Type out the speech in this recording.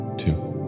two